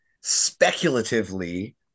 speculatively